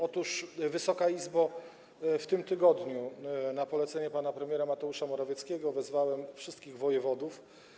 Otóż, Wysoka Izbo, w tym tygodniu na polecenie pana premiera Mateusza Morawieckiego wezwałem wszystkich wojewodów.